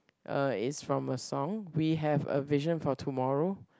uh is from a song we have a vision for tomorrow